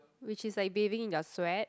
which is like bathing in their sweat